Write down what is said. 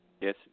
Yes